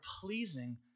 pleasing